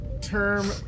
term